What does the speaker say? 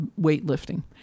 weightlifting